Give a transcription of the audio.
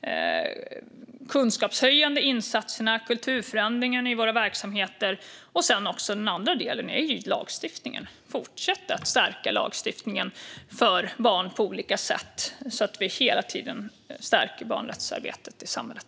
de kunskapshöjande insatserna för kulturförändring i våra verksamheter. Den andra delen är givetvis lagstiftningen. Den behöver fortsätta stärkas på olika sätt för barn så att vi hela tiden stärker barnrättsarbetet i samhället.